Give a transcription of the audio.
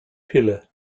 pille